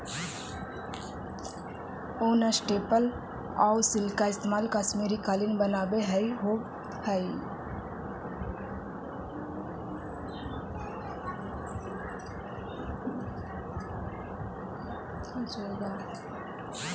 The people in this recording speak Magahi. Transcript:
ऊन, स्टेपल आउ सिल्क के इस्तेमाल कश्मीरी कालीन बनावे में होवऽ हइ